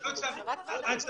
אני רק רוצה להסביר